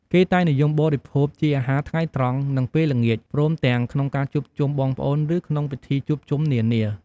គេតែងនិយមបរិភោគ ជាអាហារថ្ងៃត្រង់និងពេលល្ងាច ព្រមទាំងក្នុងការជួបជុំបងប្អូនឬក្នងពិធីជួបជុំនានា។